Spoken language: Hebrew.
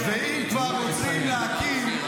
אם כבר רוצים להקים,